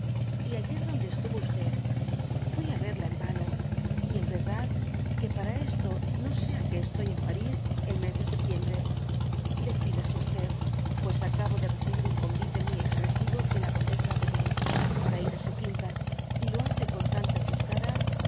papel tayer donde estuvo fui averia envano y en verdad que para esto no sé á que estoy en parís el mes de septiembre decídase pues acabo de recibir un convite muy expresivo de la condesa de b para ir á su quinta y lo hace con tanta chusca